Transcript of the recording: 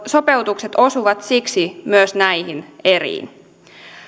sopeutukset osuvat siksi myös näihin eriin